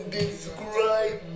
describe